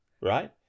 right